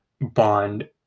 bond